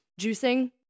Juicing